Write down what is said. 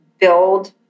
build